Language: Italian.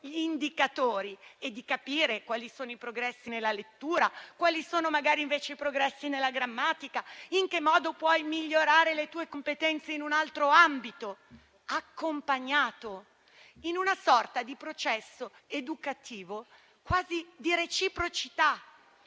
gli indicatori e di capire quali sono i progressi nella lettura, quali sono i progressi nella grammatica, in che modo puoi migliorare le tue competenze in un altro ambito, accompagnato, in una sorta di processo educativo quasi di reciprocità,